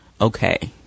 okay